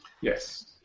Yes